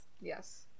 Yes